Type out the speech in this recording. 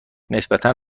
نسبتا